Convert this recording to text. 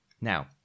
Now